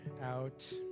out